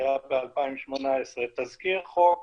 היה ב-2018 תזכיר חוק